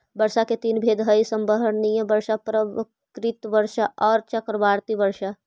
वर्षा के तीन भेद हई संवहनीय वर्षा, पर्वतकृत वर्षा औउर चक्रवाती वर्षा